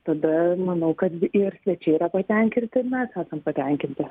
tada manau kad ir svečiai yra patenkinti ir mes esam patenkinti